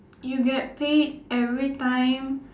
you get paid every time